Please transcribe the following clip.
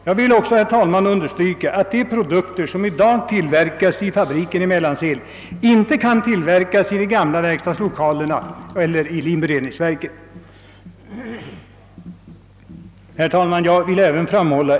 Jag vill också, herr talman, understryka, att de produkter som i dag tillverkas vid fabriken i Mellansel inte kan tillverkas i de gamla verkstadslokalerna — linberedningsverket. Herr talman!